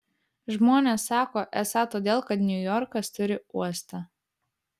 žmonės sako esą todėl kad niujorkas turi uostą